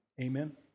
Amen